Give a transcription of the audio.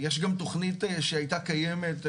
יש גם תוכנית שהייתה קיימת,